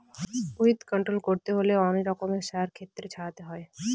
weed control করতে হলে অনেক রকমের সার ক্ষেতে ছড়াতে হয়